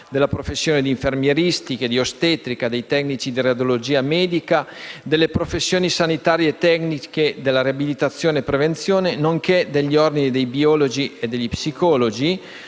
delle professioni infermieristiche, di ostetrica, dei tecnici di radiologia medica e delle professioni sanitarie tecniche, della riabilitazione e prevenzione, nonché dell'Ordine dei biologi e degli psicologi,